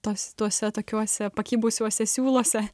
tuos tuose tokiuose pakibusiuose siūluose